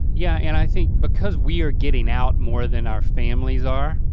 yeah, and i think because we are getting out more than our families are,